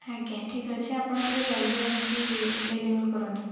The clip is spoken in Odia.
ଆଜ୍ଞା ଠିକ୍ ଅଛି ଆପଣ ଟିକେ ଜଲ୍ଦି ଆଣିକି ଡେଲିଭର୍ କରନ୍ତୁ